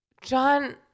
John